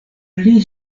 pli